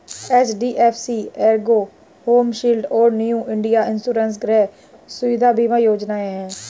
HDFC ERGO Home Shield और New India Insurance गृह सुविधा बीमा योजनाएं हैं